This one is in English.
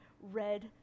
red